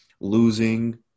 losing